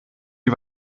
die